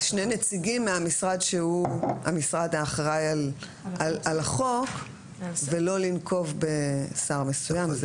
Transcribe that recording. שני נציגים מהמשרד שהוא המשרד האחראי על החוק ולא לנקוב בשר מסוים.